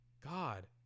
God